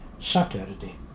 Saturday